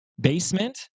basement